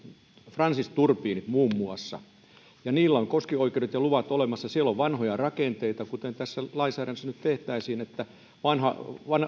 francis turbiinit muun muassa siellä on koskioikeudet ja luvat olemassa siellä on vanhoja rakenteita tässä lainsäädännössä nyt tehtäisiin niin että vanha